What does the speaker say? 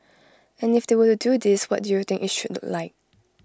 and if they were to do this what do you think IT should look like